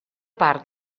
part